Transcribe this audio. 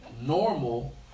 normal